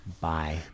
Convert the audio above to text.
Bye